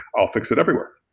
i'll fix it everywhere.